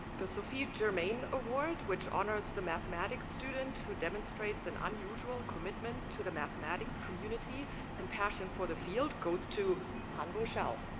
sophie germain award which honors the mathematics student who demonstrates an unusual commitment to the mathematics community and passion for the field goes to hanbo shao.